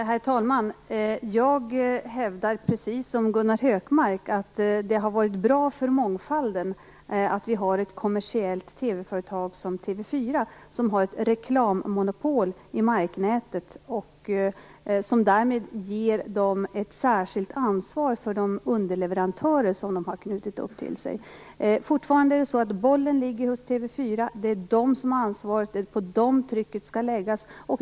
Herr talman! Jag hävdar, precis som Gunnar Hökmark, att det har varit bra för mångfalden att vi har ett kommersiellt TV-företag som TV 4, som har ett reklammonopol i marknätet som därmed ger TV 4 ett särskilt ansvar för de underleverantörer som man knutit till sig. Fortfarande ligger bollen hos TV 4. Det är TV 4 som har ansvaret och det är på TV 4 som trycket skall läggas.